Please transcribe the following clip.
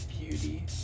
beauty